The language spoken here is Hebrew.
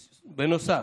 בנוסף,